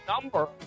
number